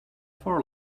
for